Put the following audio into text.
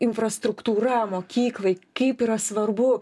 infrastruktūra mokyklai kaip yra svarbu